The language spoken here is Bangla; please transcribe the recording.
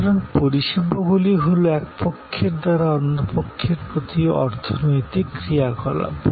সুতরাং পরিষেবাগুলি হল এক পক্ষের দ্বারা অন্য পক্ষের প্রতি অর্থনৈতিক ক্রিয়াকলাপ